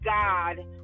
God